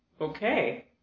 Okay